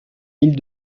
mille